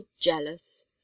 jealous